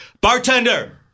Bartender